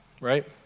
right